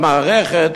למערכת,